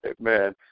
Amen